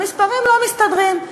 המספרים לא מסתדרים.